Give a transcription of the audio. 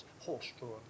horse-drawn